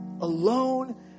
alone